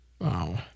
Wow